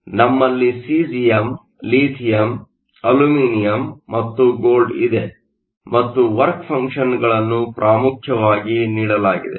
ನಮ್ಮಲ್ಲಿ caesium lithium aluminium ಮತ್ತು gold ಇದೆ ಮತ್ತು ವರ್ಕ್ ಫಂಕ್ಷನ್Work functionಗಳನ್ನು ಪ್ರಾಮುಖ್ಯವಾಗಿ ನೀಡಲಾಗಿದೆ